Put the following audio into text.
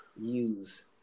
use